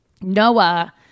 Noah